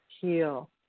heal